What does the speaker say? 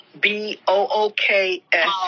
B-O-O-K-S